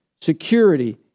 security